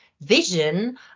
vision